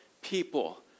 people